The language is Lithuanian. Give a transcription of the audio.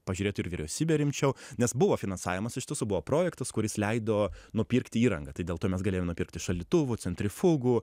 pažiūrėtų ir vyriausybė rimčiau nes buvo finansavimas iš tiesų buvo projektas kuris leido nupirkti įrangą tai dėl to mes galėjome nupirkti šaldytuvų centrifugų